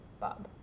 Bob